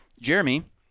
Jeremy